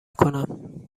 کنم